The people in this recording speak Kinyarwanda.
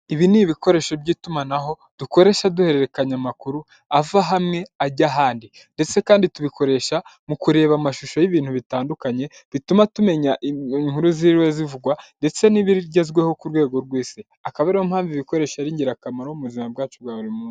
Ibi ni ibikoresho by'itumanaho dukoresha duhererekanya amakuru ava hamwe ajya ahandi, ndetse kandi tubikoresha mu kureba amashusho y'ibintu bitandukanye bituma tumenya inkuru ziriwe zivugwa ndetse n'ibibirigezweho ku rwego rw'isi, akaba ariyo mpamvu ibi bikoresho ari ingirakamaro mu buzima bwacu bwa buri munsi.